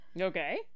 Okay